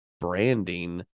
branding